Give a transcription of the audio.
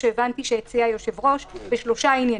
שהבנתי שהציע היושב-ראש בשלושה עניינים.